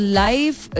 life